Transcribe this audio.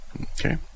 okay